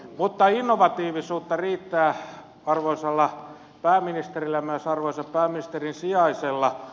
mutta innovatiivisuutta riittää arvoisalla pääministerillä ja myös arvoisalla pääministerin sijaisella